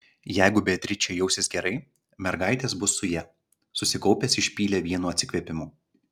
jeigu beatričė jausis gerai mergaitės bus su ja susikaupęs išpylė vienu atsikvėpimu